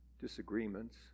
disagreements